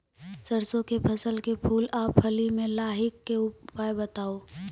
सरसों के फसल के फूल आ फली मे लाहीक के उपाय बताऊ?